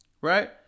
right